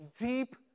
deep